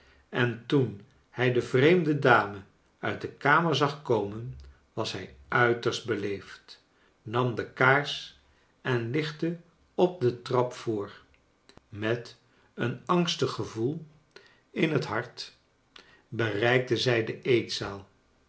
en toen hij de vreemde dame uit de kamer zag komen was hij uiterst beleefd nam de kaars en lichtte op de trap voor met een angstig gevoel in klelne dorrit het hart bereikte zij de eetzaal